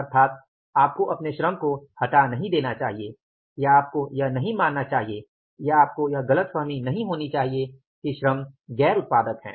अर्थात आपको अपने श्रम को हटा नहीं देना चाहिए या आपको यह नहीं मानना चाहिए या आपको यह गलतफहमी नहीं होनी चाहिए कि श्रम गैर जिम्मेदार या गैर उत्पादक है